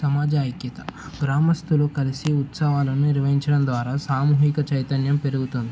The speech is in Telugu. సమాజ ఐక్యత గ్రామస్తులు కలిసి ఉత్సావాలను నిర్వహించడం ద్వారా సామూహిక చైతన్యం పెరుగుతుంది